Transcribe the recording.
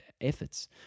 efforts